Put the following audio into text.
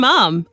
Mom